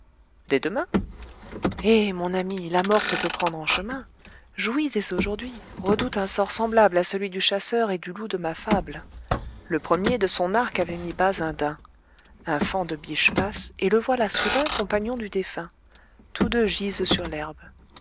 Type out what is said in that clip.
dès demain eh mon ami la mort le peut prendre en chemin jouis dès aujourd'hui redoute un sort semblable à celui du chasseur et du loup de ma fable le premier de son arc avait mis bas un daim un faon de biche passe et le voilà soudain compagnon du défunt tous deux gisent sur l'herbe